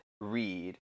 read